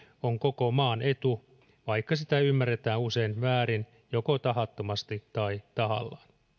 on koko maan etu vaikka se ymmärretään usein väärin joko tahattomasti tai tahallaan